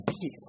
peace